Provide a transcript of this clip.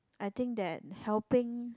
I think that helping